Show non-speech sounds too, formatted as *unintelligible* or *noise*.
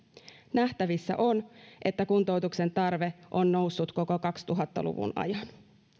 nähtävissä on että kuntoutuksen tarve on noussut koko kaksituhatta luvun ajan *unintelligible*